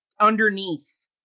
underneath